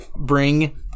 bring